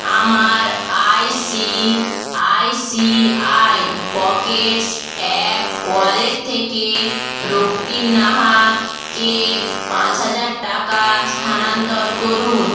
আমার I C I C I Pockets app wallet থেকে রক্তিম নাহাকে পাঁচ হাজার টাকা স্থানান্তর করুন